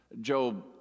Job